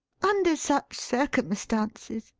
under such circumstances,